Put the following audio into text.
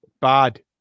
Bad